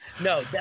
No